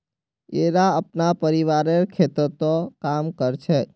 येरा अपनार परिवारेर खेततत् काम कर छेक